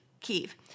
Kiev